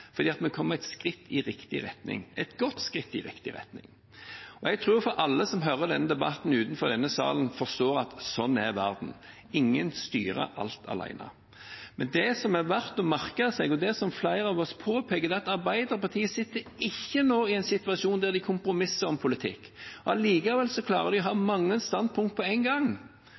fordi vi kommer et skritt i riktig retning – et godt skritt i riktig retning. Jeg tror alle som hører på denne debatten utenfor denne salen, forstår at slik er verden; ingen styrer alt alene. Det som er verdt å merke seg, og det som flere av oss påpeker, er at Arbeiderpartiet nå ikke er i en situasjon der de kompromisser om politikk. Allikevel klarer de å ha mange standpunkter på én gang,